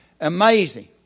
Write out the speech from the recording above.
Amazing